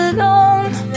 Alone